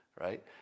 right